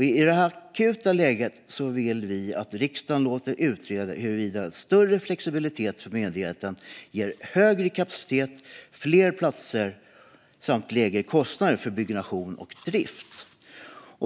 I detta akuta läge vill vi att riksdagen låter utreda huruvida större flexibilitet för myndigheten skulle ge högre kapacitet, fler platser och lägre kostnad för byggnation och drift.